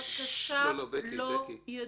יכול להיות שהדברים שאני אומרת לא כל כך נחשבים,